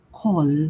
call